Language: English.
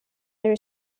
there